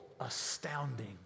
astounding